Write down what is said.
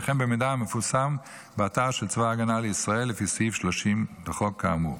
וכן במידע המפורסם באתר של צבא ההגנה לישראל לפי סעיף 30 לחוק האמור.